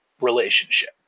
relationship